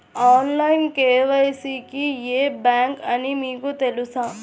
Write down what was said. Online KYC కి ఏ bank అని మీకు తెలుసా?